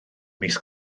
mis